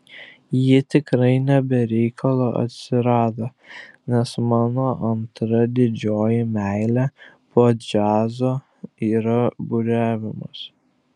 ji tikrai ne be reikalo atsirado nes mano antra didžioji meilė po džiazo yra buriavimas